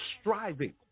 striving